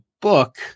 book